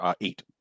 eight